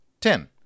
ten